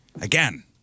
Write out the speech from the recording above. Again